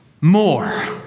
more